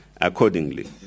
Accordingly